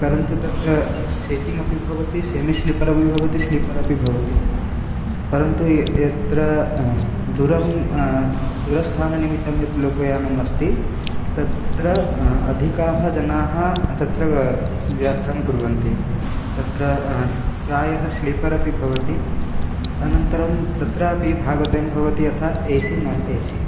परन्तु तत् सीटिङ्ग् अपि भवति सेमि स्लीपरपि भवति स्वीपरपि भवति परन्तु य् यत्र दुरं दूरस्थाननिमित्तं यत् लोकयानम् अस्ति तत्र अधिकाः जनाः तत्र स् यात्रां कुर्वन्ति तत्र प्रायः स्लीपर् अपि भवति अनन्तरं तत्रापि भागद्वयं भवति यथा A C non A C